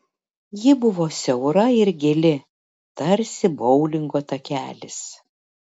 ji buvo siaura ir gili tarsi boulingo takelis